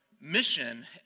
mission